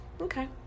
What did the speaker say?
Okay